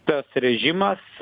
tas režimas